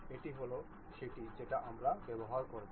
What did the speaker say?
এটি হল সেইটি যেটা আমরা বেবহার করবো